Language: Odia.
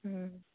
ହଁ